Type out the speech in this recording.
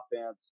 offense